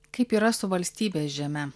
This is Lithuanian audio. kaip yra su valstybės žeme